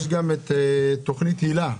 יש גם תוכנית הילה,